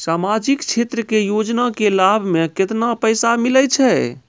समाजिक क्षेत्र के योजना के लाभ मे केतना पैसा मिलै छै?